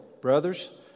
brothers